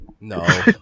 no